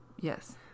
yes